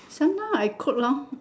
sometime I cook lor